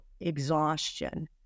exhaustion